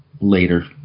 later